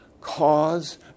cause